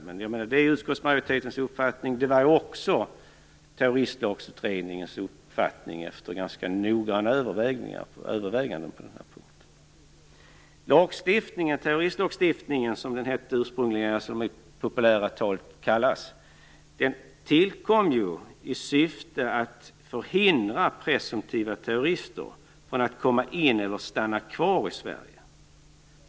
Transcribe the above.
Detta är utskottsmajoritetens uppfattning, och det var också Terroristlagsutredningens uppfattning efter ganska noggranna överväganden på den här punkten. Terroristlagstiftningen - som den ursprungligen hette och populärt kallas - tillkom i syfte att förhindra presumtiva terrorister att komma in i eller stanna kvar i Sverige.